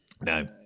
No